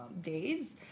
days